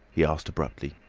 he asked abruptly.